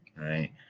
right